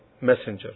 messenger